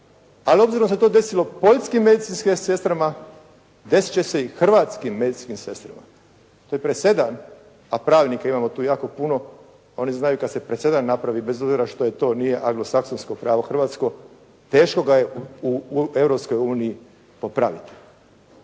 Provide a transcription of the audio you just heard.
ali obzirom da se to desilo poljskim medicinskim sestrama, desiti će se i hrvatskim medicinskim sestrama. To je presedan, a pravnika imamo tu jako puno, oni znaju kad se presedan napravi, bez obzira što nije anglosaksonsko pravo hrvatsko, teško ga je u Europskoj